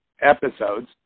Episodes